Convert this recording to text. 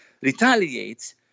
retaliates